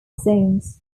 zones